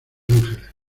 ángeles